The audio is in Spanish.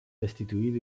destituido